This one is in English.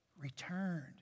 Returned